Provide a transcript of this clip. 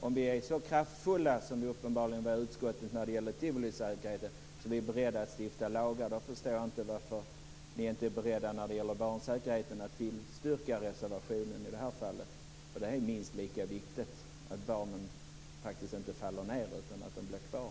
Om vi är så kraftfulla som vi uppenbarligen var i utskottet när det gällde tivolisäkerheten att vi är beredda att stifta lagar förstår jag inte varför ni i fråga om barnsäkerheten inte är beredda att tillstyrka den reservationen. Det är minst lika viktigt att barn inte faller ned utan att de blir kvar.